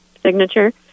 signature